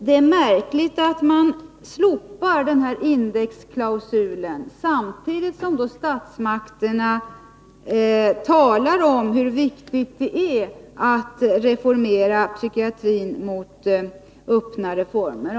Det är märkligt att man slopar den här indexklausulen, samtidigt som statsmakterna talar om hur viktigt det är att reformera psykiatrin i riktning mot öppnare former.